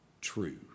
true